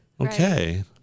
Okay